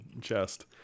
chest